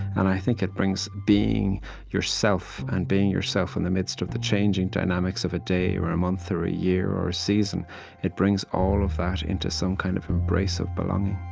and i think it brings being yourself, and being yourself in the midst of the changing dynamics of a day or a month or a year or a season it brings all of that into some kind of embrace of belonging